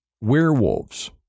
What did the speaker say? werewolves